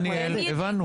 דניאל, הבנו.